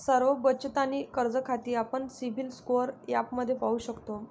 सर्व बचत आणि कर्ज खाती आपण सिबिल स्कोअर ॲपमध्ये पाहू शकतो